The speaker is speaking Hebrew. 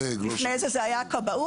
לפני זה זה היה הכבאות,